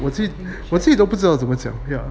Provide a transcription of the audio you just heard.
我自己我自己都不知道怎么讲 yeah